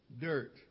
dirt